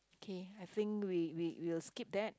okay I think we we we'll skip that